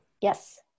Yes